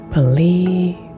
Believe